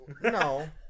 no